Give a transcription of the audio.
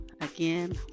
again